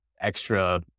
extra